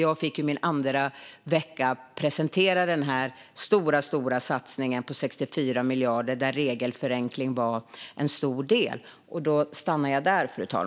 Jag fick ju presentera denna stora satsning på 64 miljarder under min andra vecka. Där var regelförenkling en stor del.